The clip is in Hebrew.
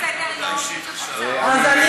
יש סדר-יום,